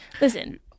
Listen